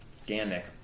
organic